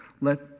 Let